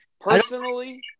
Personally